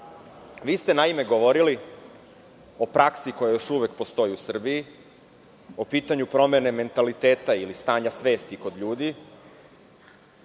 vi ste govorili o praksi koja još uvek postoji u Srbiji, o pitanju promene mentaliteta ili stanja svesti kod ljudi,